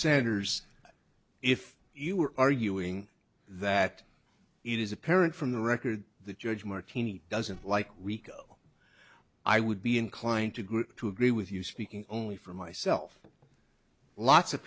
sanders if you were arguing that it is apparent from the record the judge martini doesn't like rico i would be inclined to agree to agree with you speaking only for myself lots of